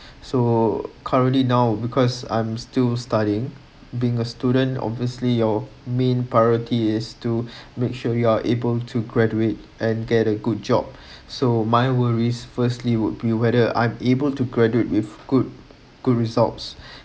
so currently now because I'm still studying being a student obviously your main priority is to make sure you are able to graduate and get a good job so my worries firstly would be whether I'm able to graduate with good good results